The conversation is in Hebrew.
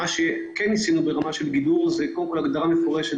מה שכן ניסינו לעשות בעניין זה קודם כול ההגדרה המפורשת